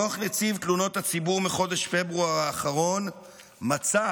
דוח נציב תלונות הציבור מחודש פברואר האחרון מצא